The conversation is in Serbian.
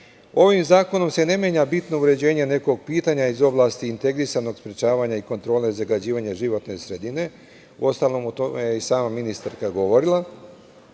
zakonom se ne menja bitno uređenje nekog pitanja iz oblasti integrisanog sprečavanja i kontrole zagađivanja životne sredine. Uostalom, o tome je i sama ministarka govorila. Imajući